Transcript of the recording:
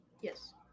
Yes